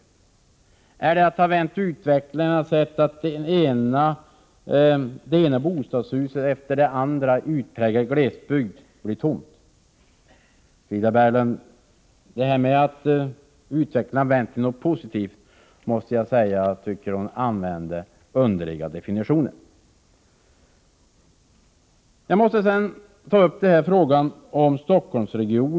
Innebär det att man har vänt utvecklingen när man har sett det ena bostadshuset efter det andra i utpräglad glesbygd bli tomt? Jag tycker att Frida Berglund använder underliga definitioner när hon säger att det faktum att utvecklingen har vänt är något positivt.